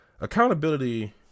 accountability